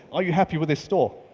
are you happy with this store?